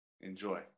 Enjoy